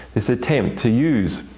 this attempt to use